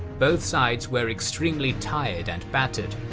both sides were extremely tired and battered.